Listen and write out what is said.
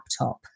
laptop